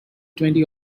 twenty